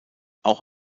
auch